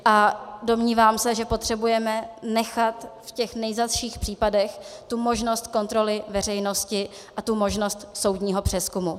A domnívám se, že potřebujeme nechat v těch nejzazších případech tu možnost kontroly veřejnosti a tu možnost soudního přezkumu.